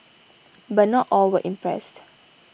but not all were impressed